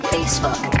Facebook